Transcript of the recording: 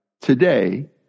today